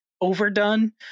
overdone